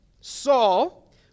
Saul